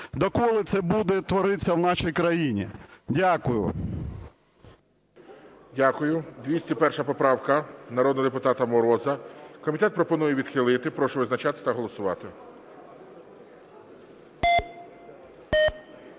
Доколи це буде творитися в нашій країні? Дякую. ГОЛОВУЮЧИЙ. Дякую. 201 поправка народного депутата Мороза. Комітет пропонує відхилити. Прошу визначатися та голосувати.